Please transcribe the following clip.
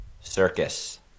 Circus